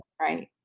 right